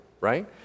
right